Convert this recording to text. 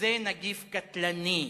וזה נגיף קטלני.